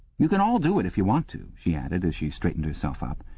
you can all do it if you want to she added as she straightened herself up.